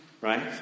right